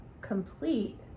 complete